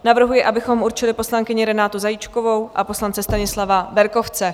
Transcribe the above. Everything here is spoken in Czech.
Navrhuji, abychom určili poslankyni Renátu Zajíčkovou a poslance Stanislava Berkovce.